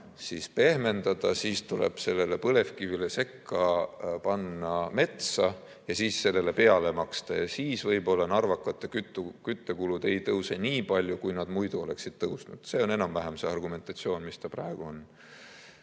seda pehmendada, tuleb põlevkivile sekka panna metsa ja siis sellele peale maksta ja siis võib-olla narvakate küttekulud ei tõuse nii palju, kui nad muidu oleksid tõusnud. See on enam-vähem see argumentatsioon, mis praegu on. Nii